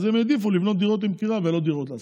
אז הם העדיפו לבנות דירות למכירה ולא דירות להשכרה.